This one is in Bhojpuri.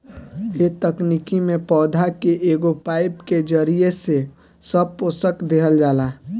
ए तकनीकी में पौधा के एगो पाईप के जरिया से सब पोषक देहल जाला